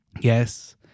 Yes